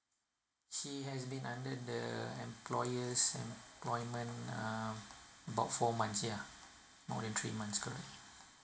she has been under the employer's employment uh about four months ya more than three months correct